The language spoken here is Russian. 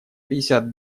пятьдесят